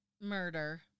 Murder